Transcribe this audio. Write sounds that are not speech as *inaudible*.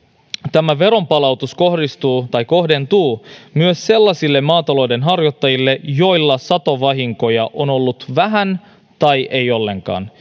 tämä veronpalautus kohdentuu myös sellaisille maatalouden harjoittajille joilla satovahinkoja on ollut vähän tai ei ollenkaan *unintelligible*